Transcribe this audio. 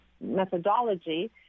methodology